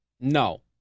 No